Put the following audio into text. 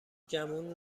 گمون